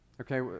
Okay